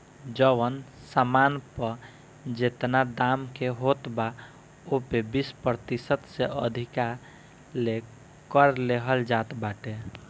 जवन सामान पअ जेतना दाम के होत बा ओपे बीस प्रतिशत से अधिका ले कर लेहल जात बाटे